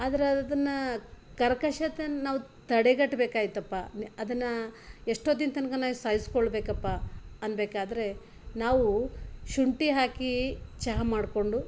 ಆದರೆ ಅದನ್ನು ಕರ್ಕಶತೆ ನಾವು ತಡೆಗಟ್ಟಬೇಕಾಯ್ತಪ್ಪ ಅದನ್ನು ಎಷ್ಟೊತ್ತಿನ ತನಕ ನಾ ಇಲ್ಲಿ ಸಹಿಸಿಕೊಳ್ಬೇಕಪ್ಪ ಅನ್ಬೇಕಾದರೆ ನಾವು ಶುಂಠಿ ಹಾಕಿ ಚಹಾ ಮಾಡಿಕೊಂಡು